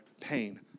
pain